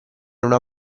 una